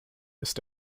ist